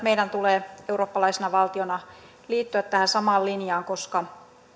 meidän tulee eurooppalaisena valtiona liittyä tähän samaan linjaan koska